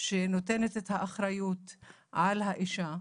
שנותנת את האחריות על האישה,